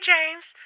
James